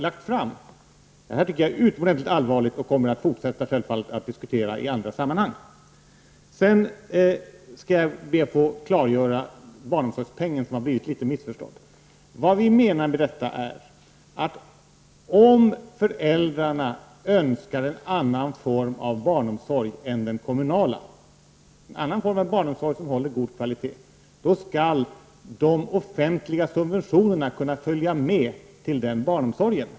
Det tycker jag självfallet är utomordentligt allvarligt, och det kommer jag självfallet att fortsätta att diskutera i andra sammanhang. Sedan skall jag be att få klargöra vår inställning till barnomsorgspengen, som har blivit litet missförstådd. Vad vi menar är att om föräldrarna önskar en annan form av barnomsorg än den kommunala, en annan form av barnomsorg som håller god kvalitet, skall de offentliga subventionerna följa med till den barnomsorgen.